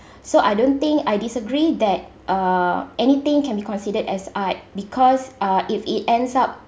so I don't think I disagree that uh anything can be considered as art because uh if it ends up